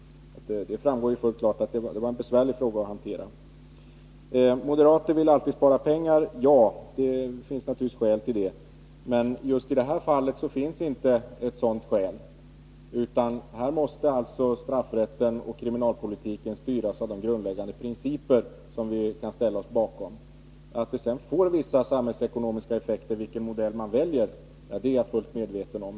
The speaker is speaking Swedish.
Det framgår fullt klart att det var en besvärlig fråga att hantera. Moderater vill alltid spara pengar, säger justitieministern. Ja, det finns naturligtvis ofta skäl till det. Men just i det här fallet finns inte ett sådant skäl. Straffrätten och kriminalpolitiken måste styras av de grundläggande principer som vi kan ställa oss bakom. Att det sedan får vissa samhällsekonomiska effekter beroende på vilken modell man väljer är jag fullt medveten om.